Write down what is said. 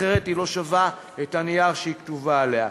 אחרת היא לא שווה את הנייר שהיא כתובה עליו.